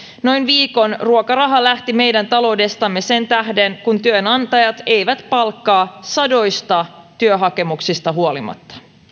noin viikon ruokaraha lähti meidän taloudestamme sen tähden kun työnantajat eivät palkkaa sadoista työhakemuksista huolimatta